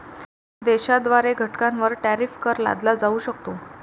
देशाद्वारे घटकांवर टॅरिफ कर लादला जाऊ शकतो